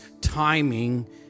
timing